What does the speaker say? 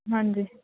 ਹਾਂਜੀ